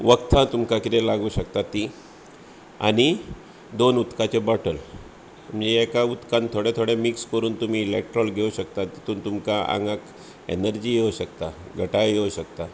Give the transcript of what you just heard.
वखदां तुमकां कितें लागूं शकता तीं आनी दोन उदकाचे बॉटल म्हणजे एका उदकान थोडें थोडें मिक्स करून तुमी इलॅक्ट्रॉल घेवंक शकता तातूंत तुमकां आंगाक एनर्जी येवंक शकता घटाय येवंक शकता